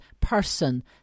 person